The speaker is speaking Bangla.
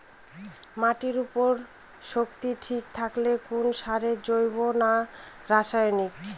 মাটির উর্বর শক্তি ঠিক থাকে কোন সারে জৈব না রাসায়নিক?